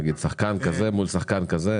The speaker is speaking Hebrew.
נגיד שחקן כזה מול שחקן כזה.